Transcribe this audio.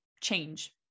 change